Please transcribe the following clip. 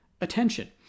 attention